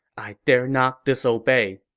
i dare not disobey.